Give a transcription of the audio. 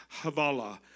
Havala